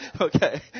Okay